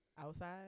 outside